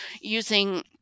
using